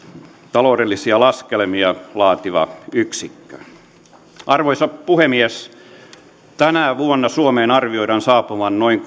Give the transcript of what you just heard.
taloudellisia laskelmia laativa yksikkö arvoisa puhemies tänä vuonna suomeen arvioidaan saapuvan noin